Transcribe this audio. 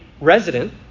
resident